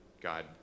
God